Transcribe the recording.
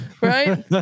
Right